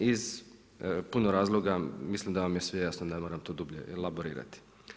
Iz puno razloga mislim da vam je sve jasno i ne moram to dublje elaborirati.